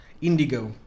indigo